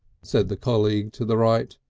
said the colleague to the right.